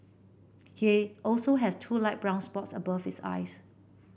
he also has two light brown spots above his eyes